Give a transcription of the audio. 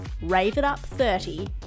RAVEITUP30